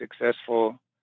successful